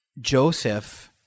Joseph